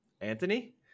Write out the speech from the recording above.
Anthony